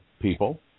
people